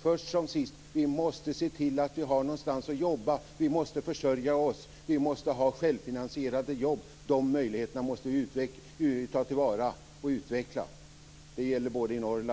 Först som sist måste vi se till att vi har någonstans att jobba. Vi måste försörja oss. Vi måste ha självfinansierade jobb. De möjligheterna måste vi ta till vara och utveckla. Det gäller både i Norrland,